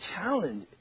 challenge